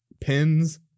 pins